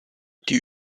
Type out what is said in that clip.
die